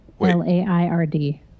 L-A-I-R-D